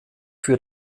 für